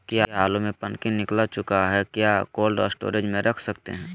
क्या आलु में पनकी निकला चुका हा क्या कोल्ड स्टोरेज में रख सकते हैं?